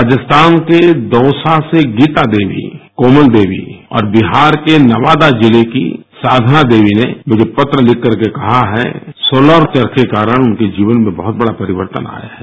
राजस्थान के दोसा से गीता देवी कोमल देवी और बिहार के नवादा जिले की साधना देवी ने मुझे पत्र लिखकर के कहा है कि सोलर चरखे के कारण उनके जीवन में बहत बड़ा परिवर्तन आया है